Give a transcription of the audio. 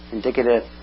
Indicative